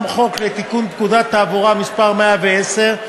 חוק לתיקון פקודת התעבורה (מס' 110),